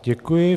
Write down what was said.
Děkuji.